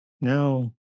now